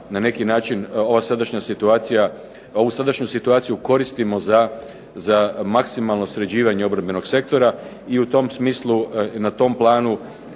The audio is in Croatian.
na neki način ovu sadašnju situaciju koristimo za maksimalno sređivanje obrambenog sektora. I u tom smislu i na tom planu